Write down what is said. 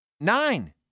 Nine